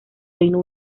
reino